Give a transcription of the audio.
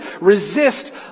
resist